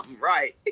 Right